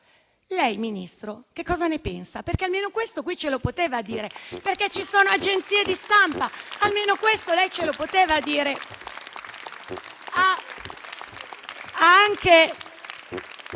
Lei, Ministro, cosa ne pensa? Almeno questo qui ce lo poteva dire, perché ci sono delle agenzie di stampa; almeno questo ce lo poteva dire.